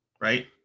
Right